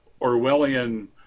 Orwellian